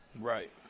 Right